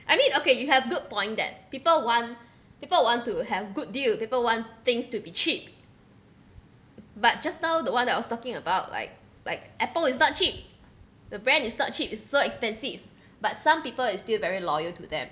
I mean okay you have good point that people want people want to have good deal people want things to be cheap but just now the one that I was talking about like like Apple is not cheap the brand is not cheap it's so expensive but some people is still very loyal to them